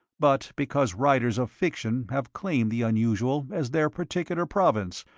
but because writers of fiction have claimed the unusual as their particular province,